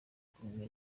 kumwe